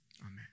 amen